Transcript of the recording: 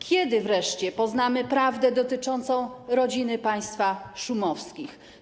Kiedy wreszcie poznamy prawdę dotyczącą rodziny państwa Szumowskich?